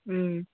മ്